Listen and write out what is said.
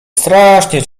strasznie